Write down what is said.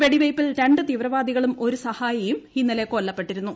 വെടിവെയ്പിൽ രണ്ടു തീവ്രവാദികളും ഒരു സഹായിയും ഇന്നലെ കൊല്ലപ്പെട്ടിരുന്നു